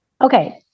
okay